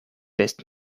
best